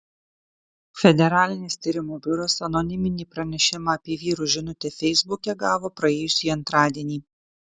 federalinis tyrimų biuras anoniminį pranešimą apie vyro žinutę feisbuke gavo praėjusį antradienį